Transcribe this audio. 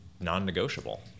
non-negotiable